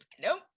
Nope